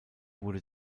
wurde